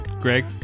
Greg